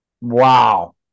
Wow